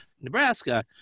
Nebraska